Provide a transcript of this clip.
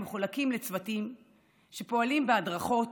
מחולקים לצוותים שפועלים בהדרכות,